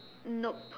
nope